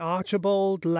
Archibald